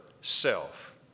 self